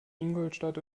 ingolstadt